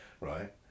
right